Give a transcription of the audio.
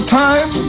time